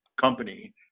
company